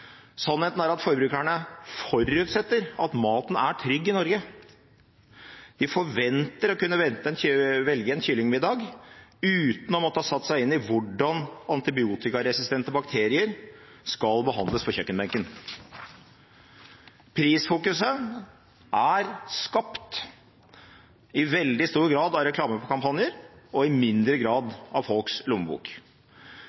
Sannheten er at forbrukerne forutsetter at maten er trygg i Norge. De forventer å kunne velge en kyllingmiddag uten å ha måttet sette seg inn i hvordan antibiotikaresistente bakterier skal behandles på kjøkkenbenken. Prisfokuset er skapt i veldig stor grad av reklamekampanjer og i mindre grad av folks lommebok.